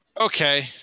Okay